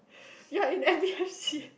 ya in every